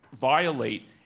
violate